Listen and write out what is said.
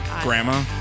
Grandma